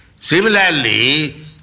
Similarly